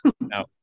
No